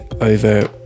over